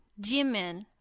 Jimin